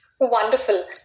Wonderful